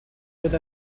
with